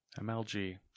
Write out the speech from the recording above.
MLG